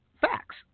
facts